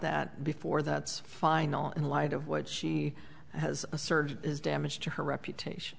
that before that's final in light of what she has asserted is damage to her reputation